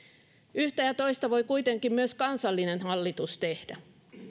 yhtä ja toista voi kuitenkin myös kansallinen hallitus tehdä